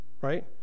right